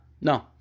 no